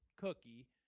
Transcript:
cookie